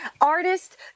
artist